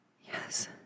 Yes